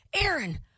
Aaron-